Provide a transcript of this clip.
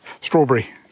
strawberry